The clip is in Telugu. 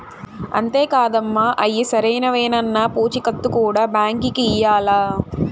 అంతే కాదమ్మ, అయ్యి సరైనవేనన్న పూచీకత్తు కూడా బాంకీకి ఇయ్యాల్ల